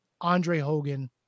Andre-Hogan